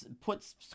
puts